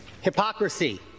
hypocrisy